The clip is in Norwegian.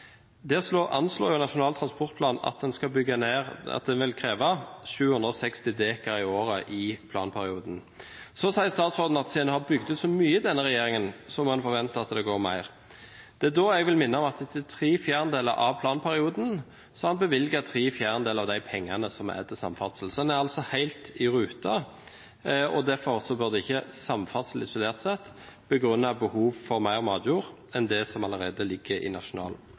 anslår Nasjonal transportplan at en vil kreve 760 dekar i året i planperioden. Så sier statsråden at siden en har bygd ut så mye under denne regjeringen, må en forvente at det går mer. Det er da jeg vil minne om at etter tre fjerdedeler av planperioden har en bevilget tre fjerdedeler av de pengene som er til samferdsel. Så en er altså helt i rute, og derfor burde ikke samferdsel isolert sett begrunne behov for mer matjord enn det som allerede ligger i Nasjonal